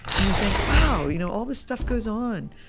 and you think, wow, you know all this stuff goes on.